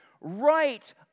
right